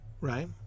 right